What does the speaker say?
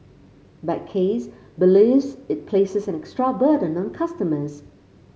but Case believes it places an extra burden on customers